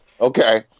Okay